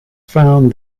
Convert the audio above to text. found